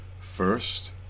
first